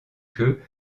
queue